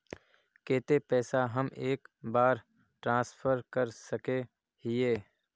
केते पैसा हम एक बार ट्रांसफर कर सके हीये?